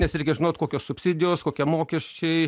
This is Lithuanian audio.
nes reikia žinot kokios subsidijos kokie mokesčiai